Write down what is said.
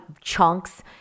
chunks